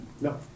No